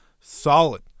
solid